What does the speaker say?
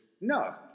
no